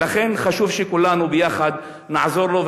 ולכן חשוב שכולנו ביחד נעזור לו,